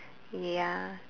ya